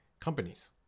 companies